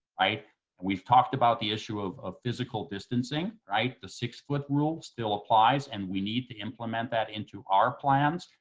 right? and we've talked about the issue of of physical distancing, right? the six foot rule still applies, and we need to implement that into our plans,